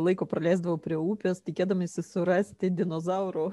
laiko praleisdavau prie upės tikėdamasi surasti dinozaurų